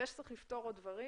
זה שצריך לפתור עוד דברים